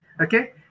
Okay